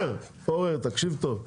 פורר, תקשיב טוב.